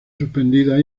suspendidas